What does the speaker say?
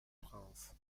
france